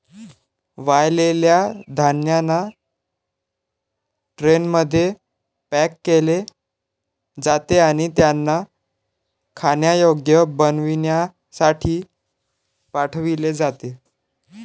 वाळलेल्या धान्यांना ट्रेनमध्ये पॅक केले जाते आणि त्यांना खाण्यायोग्य बनविण्यासाठी पाठविले जाते